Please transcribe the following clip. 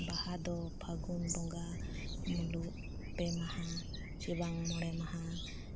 ᱵᱟᱦᱟ ᱫᱚ ᱯᱷᱟᱹᱜᱩᱱ ᱵᱚᱸᱜᱟ ᱢᱩᱞᱩᱜ ᱯᱮ ᱢᱟᱦᱟ ᱪᱮ ᱵᱟᱝ ᱢᱚᱬᱮ ᱢᱟᱦᱟ